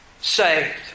Saved